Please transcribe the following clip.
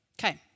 Okay